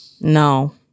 No